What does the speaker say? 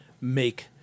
make